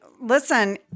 listen